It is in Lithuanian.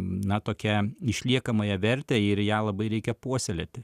na tokią išliekamąją vertę ir ją labai reikia puoselėti